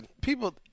people –